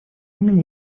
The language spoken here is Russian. имени